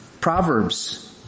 Proverbs